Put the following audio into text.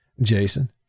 Jason